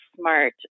smart